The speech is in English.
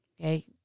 okay